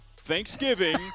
Thanksgiving